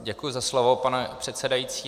Děkuji za slovo, pane předsedající.